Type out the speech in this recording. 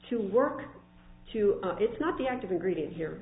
to work to it's not the active ingredient here